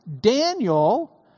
Daniel